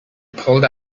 pulled